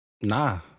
Nah